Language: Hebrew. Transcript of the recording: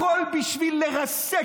הכול בשביל לרסק,